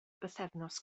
bythefnos